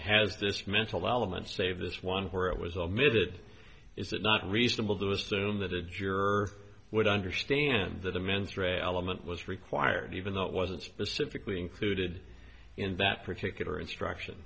has this mental element save this one where it was omitted is it not reasonable to assume that a juror would understand that the mens rea element was required even though it wasn't specifically included in that particular instruction